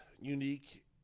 unique